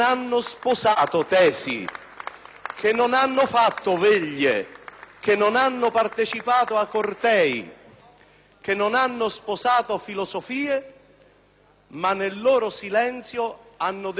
non hanno fatto veglie, non hanno partecipato a cortei, non hanno aderito a filosofie, ma nel loro silenzio hanno detto una cosa sola: